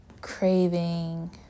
craving